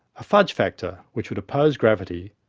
a fudge factor which would oppose gravity,